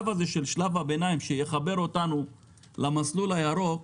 שלב הביניים, שיחבר אותנו למסלול הירוק,